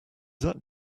that